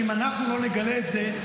כי אם אנחנו לא נגלה את זה,